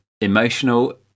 emotional